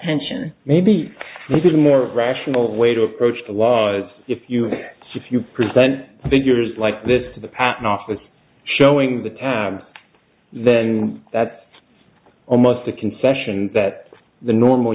tension maybe this is a more rational way to approach the laws if you if you present figures like this to the patent office showing the to the that's almost a concession that the normal